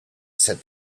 said